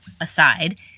aside